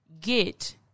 get